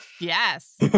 Yes